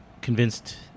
convinced